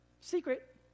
Secret